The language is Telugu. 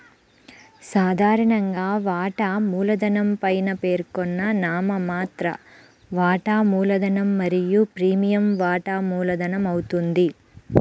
సాధారణంగా, వాటా మూలధనం పైన పేర్కొన్న నామమాత్ర వాటా మూలధనం మరియు ప్రీమియం వాటా మూలధనమవుతుంది